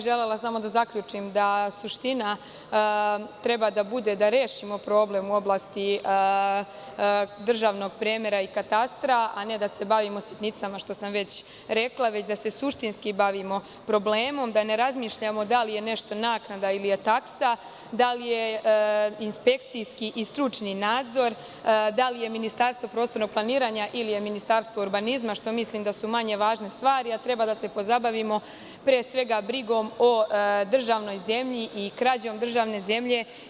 Želela bih samo da zaključim da suština treba da bude da rešimo problem u oblasti državnog premera i katastra, a ne da se bavimo sitnicama, što sam već rekla, već da se suštinski bavimo problemom, da ne razmišljamo da li je nešto naknada ili je taksa, da li je inspekcijski i stručni nadzor, da li je Ministarstvo prostornog planiranja ili je Ministarstvo urbanizma, što mislim da su manje važne stvari, a treba da se pozabavimo pre svega brigom o državnoj zemlji i krađom državne zemlje.